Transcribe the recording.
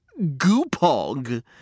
Goopog